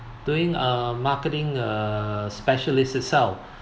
doing uh marketing uh specialist itself